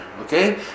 okay